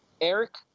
Eric